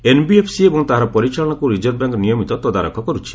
NBFC ଏବଂ ତାହାର ପରିଚାଳନାକୁ ରିଜର୍ଭ ବ୍ୟାଙ୍କ୍ ନିୟମିତ ତଦାରଖ କରୁଛି